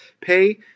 pay